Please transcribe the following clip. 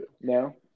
No